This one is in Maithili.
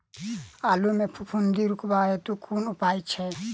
आलु मे फफूंदी रुकबाक हेतु कुन उपाय छै?